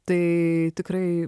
tai tikrai